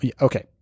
Okay